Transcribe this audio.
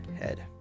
head